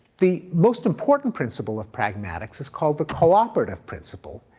the most important principle of pragmatics is called the cooperative principle,